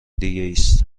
دیگس